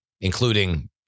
including